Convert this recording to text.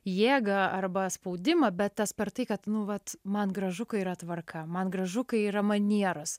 jėgą arba spaudimą bet tas per tai kad nu vat man gražu kai yra tvarka man gražu kai yra manieros